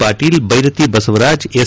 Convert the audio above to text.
Patil Byrathi Basavaraj S